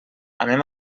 anem